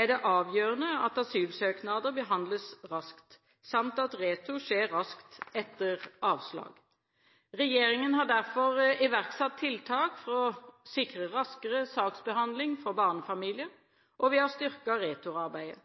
er det avgjørende at asylsøknader behandles raskt, samt at retur skjer raskt etter avslag. Regjeringen har derfor iverksatt tiltak for å sikre raskere saksbehandling for barnefamilier, og vi har styrket returarbeidet.